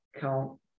count